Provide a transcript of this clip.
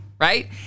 right